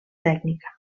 tècnica